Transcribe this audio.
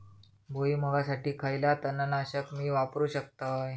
भुईमुगासाठी खयला तण नाशक मी वापरू शकतय?